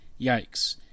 yikes